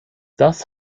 das